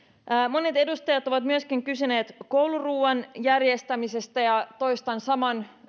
monet edustajat ovat myöskin kysyneet kouluruoan järjestämisestä toistan saman